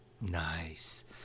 Nice